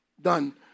Done